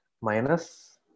minus